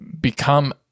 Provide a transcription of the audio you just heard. become